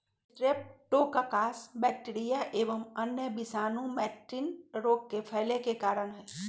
streptococcus bacteria एवं अन्य विषाणु मैटिन रोग के फैले के कारण हई